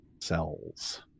cells